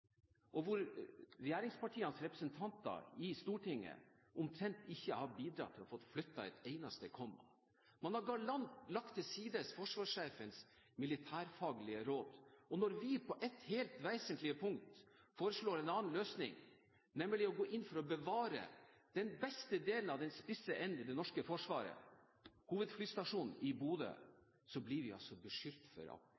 og hvor regjeringspartienes representanter i Stortinget omtrent ikke har bidratt til å få flyttet et eneste komma. Man har galant lagt til side forsvarssjefens militærfaglige råd, og når vi på et helt vesentlig punkt foreslår en annen løsning – nemlig å gå inn for å bevare den beste delen av den spisse enden i det norske forsvaret, hovedflystasjonen i